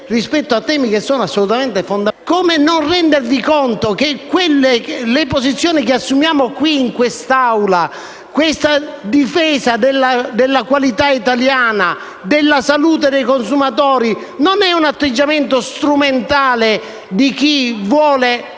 Come non rendervi conto che le posizioni che assumiamo in quest'Assemblea, ad esempio la difesa della qualità italiana e della salute dei consumatori, non sono un atteggiamento strumentale di chi vuole